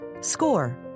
Score